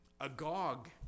agog